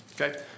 Okay